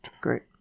Great